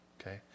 Okay